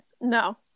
No